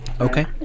Okay